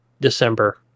December